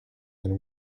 and